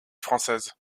française